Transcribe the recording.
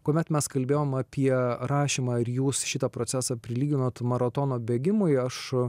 kuomet mes kalbėjom apie rašymą ir jūs šitą procesą prilyginot maratono bėgimui aš